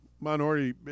Minority